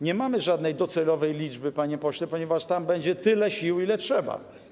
Nie mamy żadnej docelowej liczby, panie pośle, ponieważ tam będzie tyle sił, ile trzeba.